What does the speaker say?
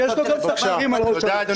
כי יש לו גם תחקירים על ראש הממשלה,